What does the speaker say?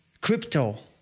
crypto